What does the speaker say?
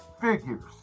figures